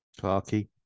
Clarky